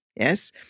Yes